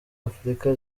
afurika